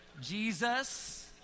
Jesus